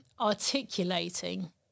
articulating